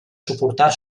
suportar